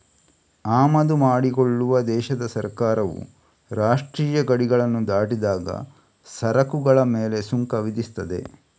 ಆಮದು ಮಾಡಿಕೊಳ್ಳುವ ದೇಶದ ಸರ್ಕಾರವು ರಾಷ್ಟ್ರೀಯ ಗಡಿಗಳನ್ನ ದಾಟಿದಾಗ ಸರಕುಗಳ ಮೇಲೆ ಸುಂಕ ವಿಧಿಸ್ತದೆ